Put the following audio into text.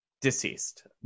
deceased